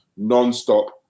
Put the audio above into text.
nonstop